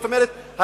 זאת אומרת,